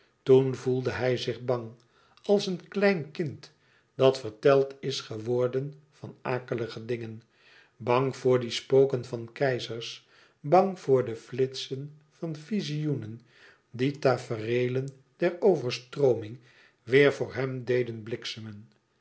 toen voelde hij zich bang als een klein kind dat verteld is geworden van akelige dingen bang voor die spoken van keizers bang voor de flitsen van vizioenen die tafereelen der overstrooming weêr voor hem deden bliksemen